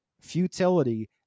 futility